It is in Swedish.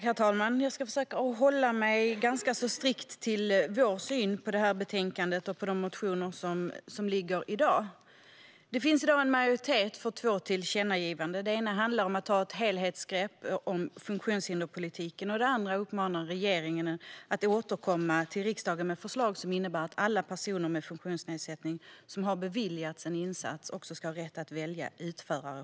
Herr talman! Jag ska försöka hålla mig ganska strikt till vår syn på detta betänkande och de motioner som föreligger. Det finns i dag en majoritet för två tillkännagivanden. Det ena handlar om att det behövs ett helhetsgrepp om funktionshinderspolitiken, och i det andra uppmanas regeringen att återkomma till riksdagen med förslag som innebär att alla personer med funktionsnedsättning som har beviljats en insats också ska ha rätt att själva välja utförare.